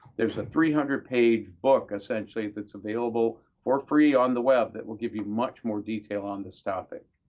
there's a three hundred page book, essentially, that's available for free on the web that will give you much more detail on this topic.